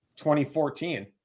2014